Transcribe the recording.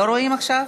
לא רואים עכשיו?